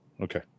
Okay